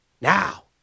now